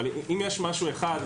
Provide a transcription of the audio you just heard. אם יש משהו אחד,